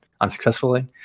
unsuccessfully